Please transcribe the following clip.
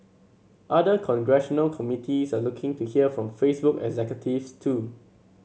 other congressional committees are looking to hear from Facebook executives too